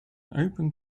open